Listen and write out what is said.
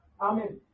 Amen